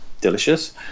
delicious